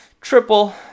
triple